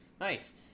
nice